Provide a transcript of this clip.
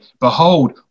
Behold